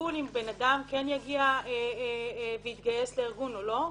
בשיקול אם בן אדם יגיע ויתגייס לארגון או לא.